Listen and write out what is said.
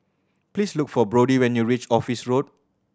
please look for Brody when you reach Office Road